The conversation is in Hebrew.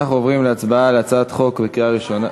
אנחנו עוברים להצבעה על הצעת החוק בקריאה ראשונה.